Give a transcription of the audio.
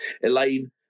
Elaine